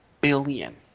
billion